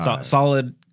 Solid